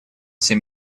всем